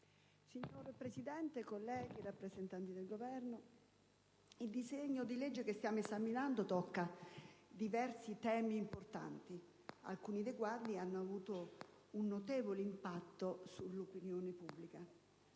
Signor Presidente, onorevoli colleghi, rappresentanti del Governo, il disegno di legge che stiamo esaminando tocca diversi temi importanti alcuni dei quali hanno avuto un notevole impatto sull'opinione pubblica.